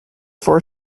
for